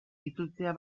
itzultzea